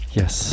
yes